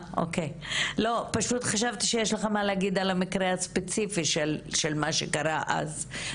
עצם העובדה שטיק-טוק יצרו את הפלטפורמה הזו,